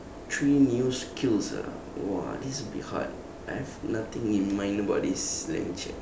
three new skills ah !wah! this will be hard I have nothing in mind about this let me check